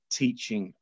teaching